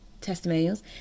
testimonials